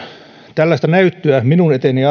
tällaisesta näyttöä ei ainakaan minun eteeni